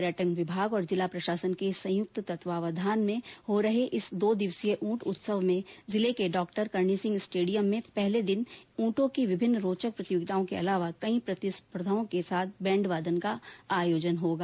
पर्यटन विभाग और जिला प्रशासन के संयुक्त तत्वावधान में हो रहे इस दो दिवसीय ऊंट महोत्सव में जिले के डॉक्टर करणी सिंह स्टेडियम में पहले दिन ऊंटों की विभिन्न रौचक प्रतियोगिताओं के अलावा कई प्रतिस्पर्घाओं के साथ बैंड वादन का आयोजन होगा